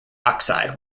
oxide